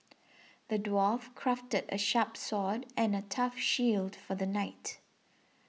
the dwarf crafted a sharp sword and a tough shield for the knight